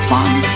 one